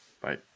bye